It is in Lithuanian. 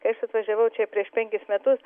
kai aš atvažiavau čia prieš penkis metus